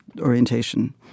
orientation